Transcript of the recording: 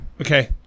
Okay